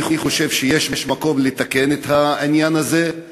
אני חושב שיש מקום לתקן את העניין הזה.